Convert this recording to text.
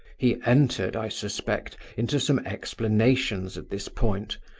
he entered, i suspect, into some explanations at this point,